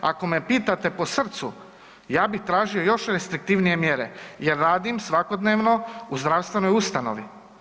Ako me pitate po srcu, ja bih tražio još restriktivnije mjere, jer radim svakodnevno u zdravstvenoj ustanovi.